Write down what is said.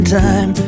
time